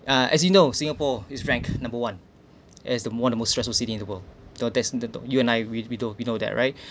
uh as you know singapore is ranked number one as the one most stressful city in the world the you and I we know we know that right